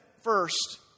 first